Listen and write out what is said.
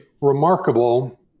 remarkable